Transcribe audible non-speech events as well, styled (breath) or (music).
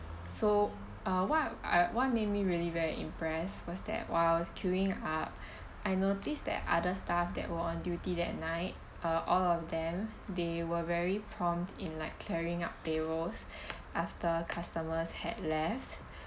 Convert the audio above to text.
so uh what I what made me really very impressed was that while I was queuing up (breath) I noticed that other staff that were on duty that night err all of them they were very prompt in like clearing up tables (breath) after customers had left